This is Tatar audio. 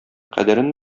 кадерен